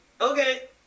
Okay